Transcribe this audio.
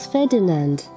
Ferdinand